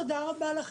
תודה רבה לך,